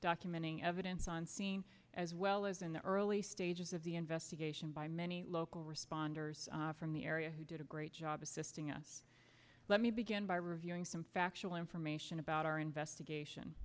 documenting evidence on scene as well as in the early stages of the investigation by many local responders from the area who did a great job assisting us let me begin by reviewing some factual information about our investigation